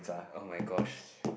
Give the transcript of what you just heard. oh my gosh